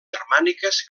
germàniques